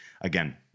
again